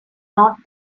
not